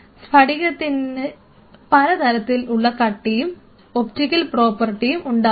സ്ഫടികതത്തിന് പല രീതിയിലുള്ള കട്ടിയും ഒപ്റ്റിക്കൽ പ്രോപ്പർട്ടിയും ഉണ്ടാകും